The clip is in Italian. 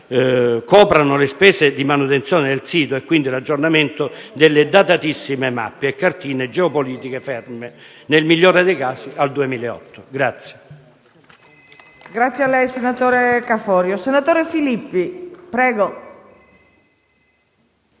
coprano le spese di manutenzione del sito e, quindi, l'aggiornamento delle datatissime mappe e cartine geopolitiche, ferme, nel migliore dei casi, al 2008.